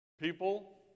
People